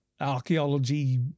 archaeology